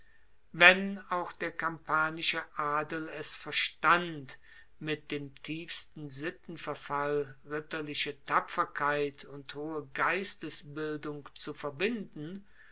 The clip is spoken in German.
wenn auch der kampanische adel es verstand mit dem tiefsten sittenverfall ritterliche tapferkeit und hohe geistesbildung zu verbinden